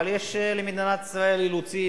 אבל יש למדינת ישראל אילוצים,